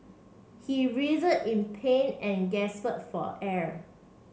he in pain and gasped for air